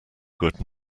good